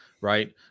right